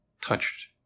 touched